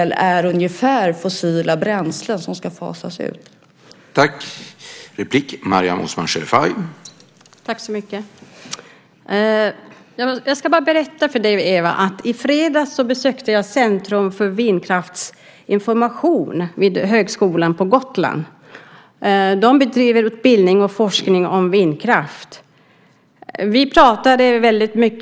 Hur stor del står de fossila bränslen som ska fasas ut för?